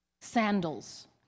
sandals